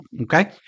okay